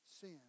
sin